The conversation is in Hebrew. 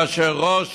כאשר ראש